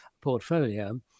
portfolio